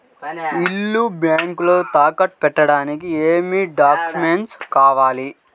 ఇల్లు బ్యాంకులో తాకట్టు పెట్టడానికి ఏమి డాక్యూమెంట్స్ కావాలి?